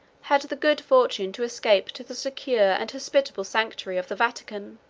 had the good fortune to escape to the secure and hospitable sanctuary of the vatican.